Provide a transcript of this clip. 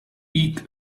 eek